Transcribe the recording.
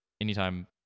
anytime